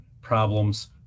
problems